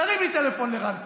תרימי טלפון לרן כהן.